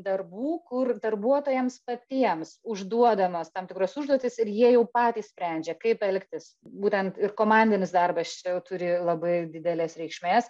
darbų kur darbuotojams patiems užduodamos tam tikros užduotys ir jie jau patys sprendžia kaip elgtis būtent ir komandinis darbas čia jau turi labai didelės reikšmės